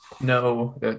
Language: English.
No